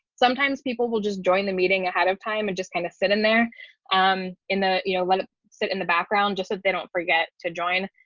sometimes people will just join the meeting ahead of time and just kind of sit in there um in the you know, let it sit in the background just as they don't forget to join.